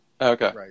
okay